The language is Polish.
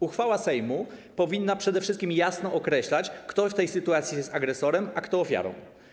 Uchwała Sejmu powinna przede wszystkim jasno określać, kto w tej sytuacji jest agresorem, a kto ofiarą.